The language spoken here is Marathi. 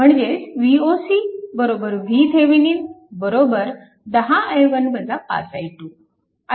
म्हणजेच Voc VThevenin 10 i1 5 i2